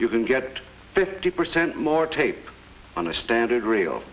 you can get fifty percent more tape on a standard re